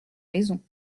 maison